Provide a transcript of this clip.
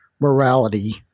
morality